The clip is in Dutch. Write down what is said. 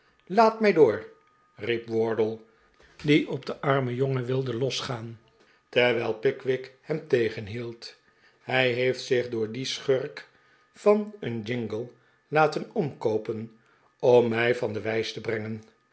laat mij door riep wardle die op den armen jongen wilde losgaan terwijl pickwick hem tegenhield hij heeft zich door dien schurk van een jungle laten omkoopen om mij van de wijs te brengen